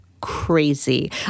crazy